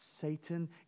Satan